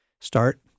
start